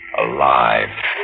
alive